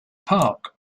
park